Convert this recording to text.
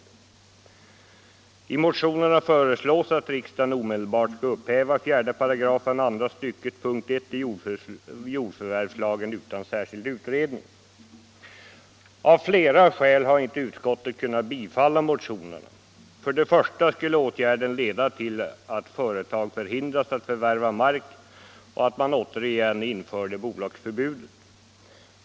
I motionerna föreslås att riksdagen omedelbart skall upphäva 4 § andra stycket punkten 1 i jordförvärvslagen utan särskild utredning. Av flera skäl har utskottet inte kunnat tillstyrka motionerna. För det första skulle åtgärden leda till att företag hindrades att förvärva mark och att man återigen införde bolagsförbudet.